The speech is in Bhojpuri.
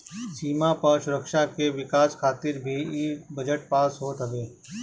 सीमा पअ सुरक्षा के विकास खातिर भी इ बजट पास होत हवे